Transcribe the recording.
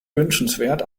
wünschenswert